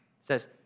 says